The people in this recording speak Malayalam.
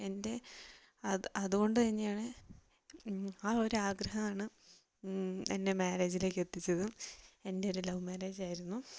എന്റെ അത് അതുകൊണ്ടുതന്നെയാണ് ആ ഒരു ആഗ്രഹമാണ് എന്നെ മാരേജിലേക്ക് എത്തിച്ചത് എന്റെ ഒരു ലവ് മാരേജ് ആയിരുന്നു